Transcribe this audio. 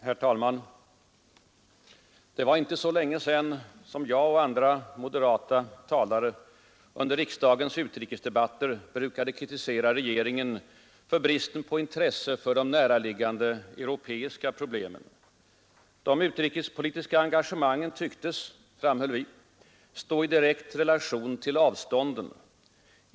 Herr talman! Det var inte så länge sedan som jag och andra moderata talare under riksdagens utrikesdebatter brukade kritisera regeringen för bristen på intresse för de näraliggande europeiska problemen. De utrikespolitiska engagemangen tycktes — framhöll vi — stå i direkt relation till avstånden.